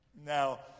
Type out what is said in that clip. Now